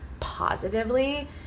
positively